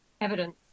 evidence